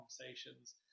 conversations